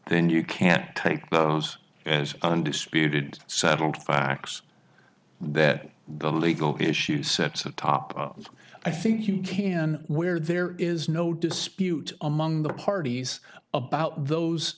then you can't take us as undisputed settled facts that the legal issue sets a top i think you can where there is no dispute among the parties about those